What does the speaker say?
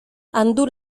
andu